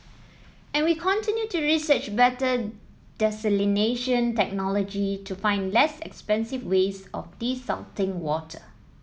and we continue to research better desalination technology to find less expensive ways of desalting water